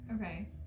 Okay